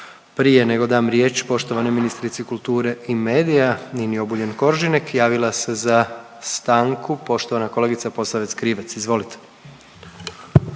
Prije nego dam riječ poštovanoj ministrici kulture i medija Nini Obuljen Koržinek, javila se za stanku poštovana kolegica Posavec Krivec. Izvolite.